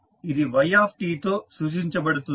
కాబట్టి ఇది yt తో సూచించబడుతుంది